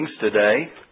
today